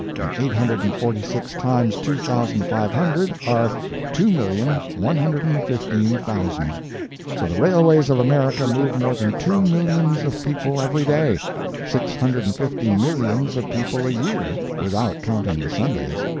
and eight hundred and forty six times two thousand five hundred are two million one hundred and fifteen thousand. so the railways of america move more than two millions of people every day six hundred and fifty millions of people a year, without counting the sundays.